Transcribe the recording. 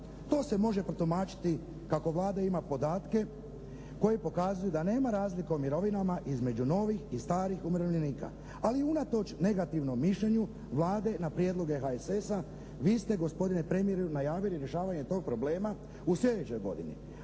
To se može protumačiti kako Vlada ima podatke koji pokazuju da nema razlika u mirovinama između novih i starih umirovljenika. Ali unatoč negativnom mišljenju Vlade na prijedloge HSS-a vi ste gospodine premijeru najavili rješavanje tog problema u sljedećoj godini.